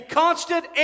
constant